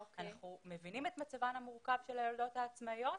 אנחנו מבינים את מצבן המורכב של היולדות העצמאיות,